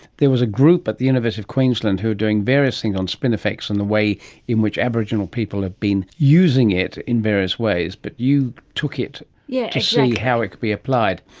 there was a group at the university of queensland who were doing various things on spinifex and the way in which aboriginal people have been using it in various ways, but you took it yeah to see how it could be applied.